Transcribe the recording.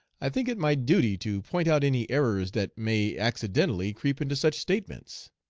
i think it my duty to point out any errors that may accidentally creep into such statements.